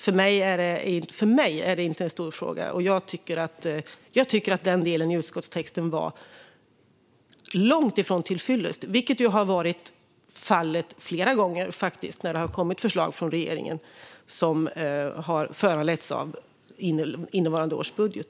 För mig är det inte en stor fråga. Jag tycker att den delen i utskottstexten var långt ifrån till fyllest, vilket har varit fallet flera gånger när det har kommit förslag från regeringen som har föranletts av innevarande års budget.